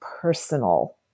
personal